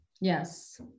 Yes